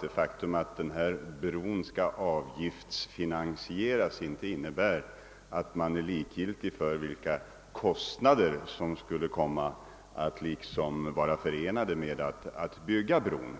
Det faktum att Öresundsbron skall avgiftsfinansieras innebär inte att man är likgiltig för vilka kostnader som kommer att vara förenade med att bygga bron.